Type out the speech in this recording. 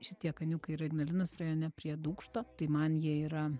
šitie kaniukai yra ignalinos rajone prie dūkšto tai man jie yra